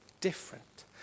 different